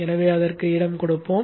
எனவே அதற்கு இடம் கொடுப்போம்